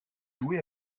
joué